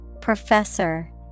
Professor